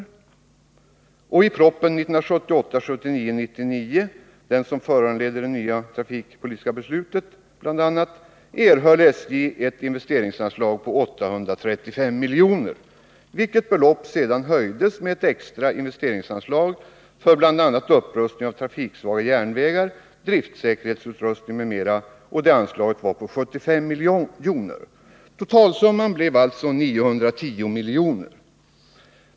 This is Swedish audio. I propositionen 1978/79:99 — den som bl.a. föranledde det nya trafikpolitiska beslutet — erhöll SJ ett investeringsanslag på 835 miljoner, vilket belopp sedan höjdes med ett extra investeringsanslag på 75 miljoner för upprustning av trafiksvaga järnvägar, driftsäkerhetsutrustning m.m. Totalsumman blev alltså 910 miljoner.